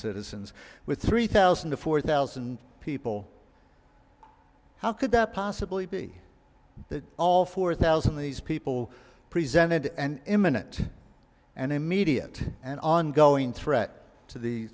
citizens with three thousand to four thousand people how could that possibly be that all four thousand these people presented and imminent and immediate and ongoing threat to the